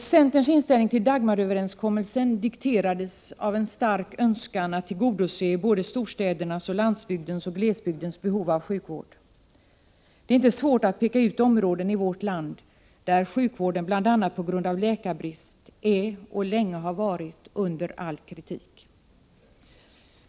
Centerns inställning till Dagmaröverenskommelsen dikterades av en stark önskan att tillgodose både storstädernas och landsbygdens och glesbygdens behov av sjukvård. Det är inte svårt att peka ut områden i vårt land där sjukvården, bl.a. på grund av läkarbrist, är och länge har varit under all kritik.